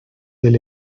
del